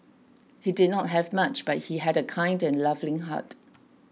he did not have much but he had a kind and loving heart